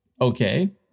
Okay